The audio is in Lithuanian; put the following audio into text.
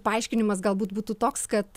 paaiškinimas galbūt būtų toks kad